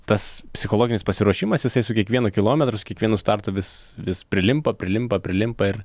tas psichologinis pasiruošimas jisai su kiekvienu kilometru kiekvienu startu vis vis prilimpa prilimpa prilimpa ir